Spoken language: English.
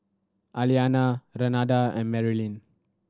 Aliana Renada and Marylin